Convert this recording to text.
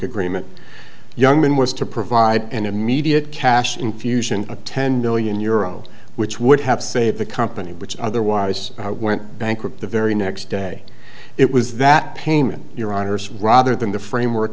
agreement young man was to provide an immediate cash infusion of ten billion euro which would have saved the company which otherwise went bankrupt the very next day it was that payment your honour's rather than the framework